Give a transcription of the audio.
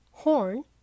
Horn